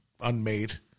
unmade